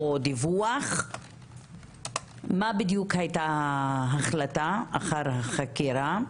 או דיווח מה בדיוק הייתה ההחלטה אחר החקירה?